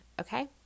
Okay